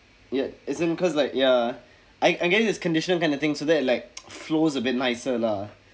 ya as in cause like ya I I'm getting this conditional kind of thing so that like flows a bit nicer lah